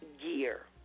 gear